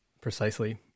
Precisely